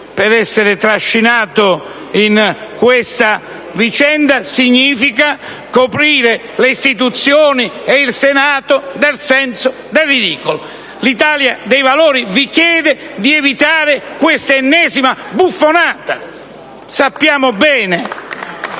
per essere stato trascinato in questa vicenda, significa coprire le istituzioni e il Senato del senso del ridicolo. L'Italia dei Valori vi chiede di evitare questa ennesima buffonata. *(Applausi